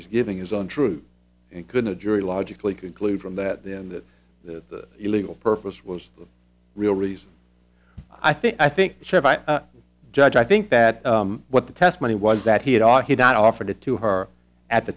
he's giving his own truth and could the jury logically conclude from that then that the illegal purpose was real reason i think i think judge i think that what the testimony was that he had ought he not offered it to her at the